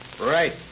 Right